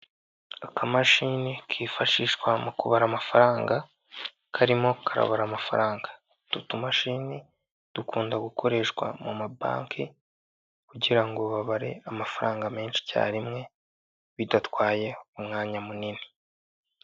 Akamashini kifashishwa mu kubara amafaranga karimo karabara amafaranga, utu tumashini dukunda gukoreshwa mu mabanki kugira ngo babare amafaranga menshi icyarimwe bidatwaye umwanya munini.